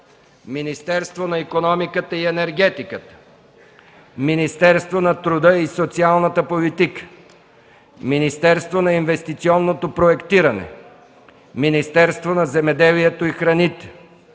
Министерство на икономиката и енергетиката; - Министерство на труда и социалната политика; - Министерство на инвестиционното проектиране; - Министерството на земеделието и храните;